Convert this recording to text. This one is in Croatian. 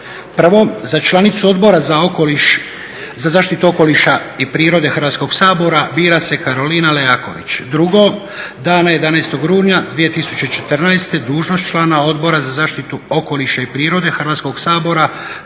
1. za članicu Odbora za zaštitu okoliša i prirode Hrvatskog sabora bira se Karolina Leaković. 2. dana 11. rujna 2014. dužnost člana Odbora za zaštitu okoliša i prirode Hrvatskog sabora